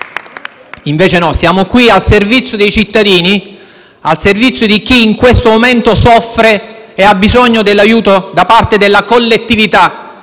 invece no, siamo qui al servizio dei cittadini, al servizio di chi in questo momento soffre e ha bisogno di aiuto da parte della collettività